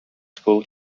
school